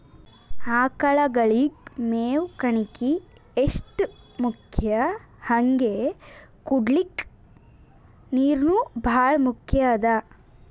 ಆಕಳಗಳಿಗ್ ಮೇವ್ ಕಣಕಿ ಎಷ್ಟ್ ಮುಖ್ಯ ಹಂಗೆ ಕುಡ್ಲಿಕ್ ನೀರ್ನೂ ಭಾಳ್ ಮುಖ್ಯ ಅದಾ